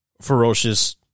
ferocious